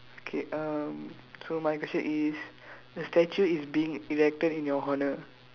okay um so my question is a statue is being erected in your honour